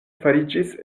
fariĝis